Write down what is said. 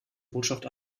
botschaft